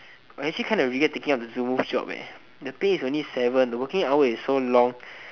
I actually kind of regret taking up the zoo move job leh the pay is only seven the working hours is so long